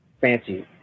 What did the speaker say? fancy